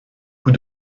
coup